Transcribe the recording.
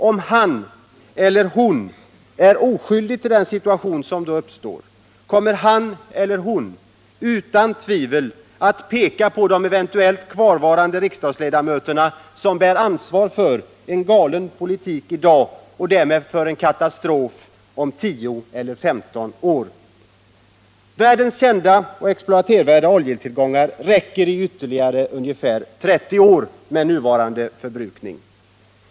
Om han eller hon är oskyldig till den situation som då uppstår, kommer han eller hon utan tvivel att peka på de eventuellt kvarvarande riksdagsledamöter som bär ansvaret för en galen politik i dag och därmed för en katastrof om tio eller femton år. Världens kända exploatervärda oljetillgångar räcker i ytterligare ungefär 30 år med nuvarande förbrukning.